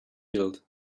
build